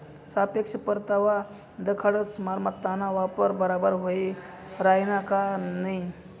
सापेक्ष परतावा दखाडस मालमत्ताना वापर बराबर व्हयी राहिना का नयी